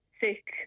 sick